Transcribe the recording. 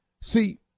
See